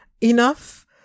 enough